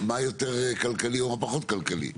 מה יותר כלכלי ומה פחות כלכלי?